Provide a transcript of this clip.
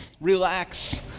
relax